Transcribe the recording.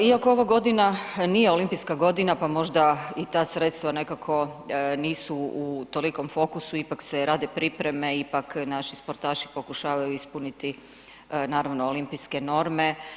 Iako ovo godina nije olimpijska godina pa možda i ta sredstva nekako nisu u tolikom fokusu, ipak se radi pripreme, ipak naši sportaši pokušavaju ispuniti naravno olimpijske norme.